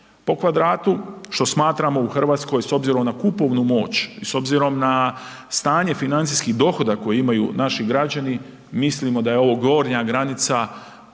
po kvadratu, što smatramo u Hrvatskoj s obzirom na kupovnu moć i s obzirom na stanje financijski dohodak koji imaju naši građani mislimo da je ovo gornja granica kad